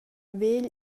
vegl